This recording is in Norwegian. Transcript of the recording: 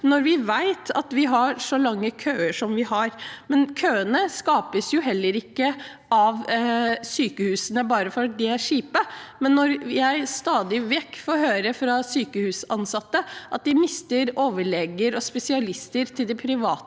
når vi vet at vi har så lange køer som vi har. Køene skapes heller ikke av sykehusene bare fordi de er kjipe. Jeg får stadig vekk høre fra sykehusansatte at de mister overleger og spesialister til det private